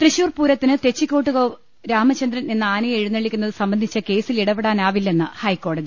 തൃശൂർപൂർത്തിന് തെച്ചിക്കോട്ട്കാവ് രാമചന്ദ്രൻ എന്ന ആനയെ എഴുന്നളളിക്കുന്നത് സംബന്ധിച്ച കേസിൽ ഇടപെടാനാവില്ലെന്ന് ഹൈക്കോടതി